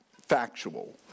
factual